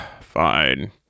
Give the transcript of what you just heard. fine